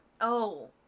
oh-